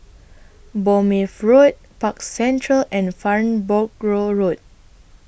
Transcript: Bournemouth Road Park Central and Farnborough Road